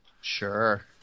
Sure